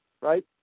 right